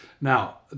Now